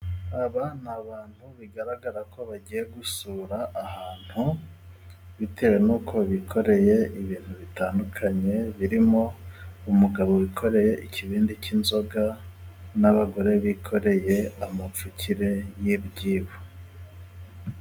Aba ni abantu bigaragara ko bagiye gusura ahantu, bitewe n'uko bikoreye ibintu bitandukanye. Barimo umugabo wikoreye ikibindi cy'inzoga, n'abagore bikoreye amapfukire y'ibyibo.